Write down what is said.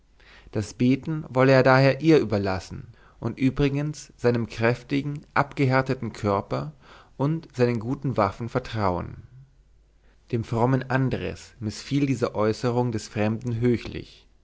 das beten wolle er daher ihr überlassen und übrigens seinem kräftigen abgehärteten körper und seinen guten waffen vertrauen dem frommen andres mißfiel diese äußerung des fremden höchlich